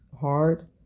hard